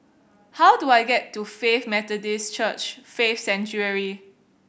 how do I get to Faith Methodist Church Faith Sanctuary